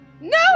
no